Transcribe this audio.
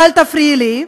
ואל תפריעי לי.